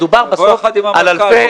מדובר בסוף על אלפי,